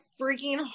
freaking